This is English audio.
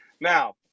now